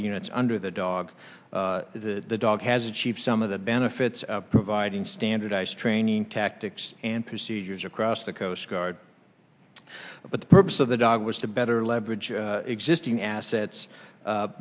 the units under the dog the dog has achieved some of the benefits of providing standardized training tactics and procedures across the coast but the purpose of the dog was to better leverage existing assets